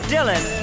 Dylan